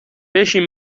بشین